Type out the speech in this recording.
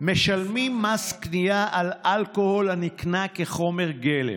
משלמים מס קנייה על אלכוהול הנקנה כחומר גלם,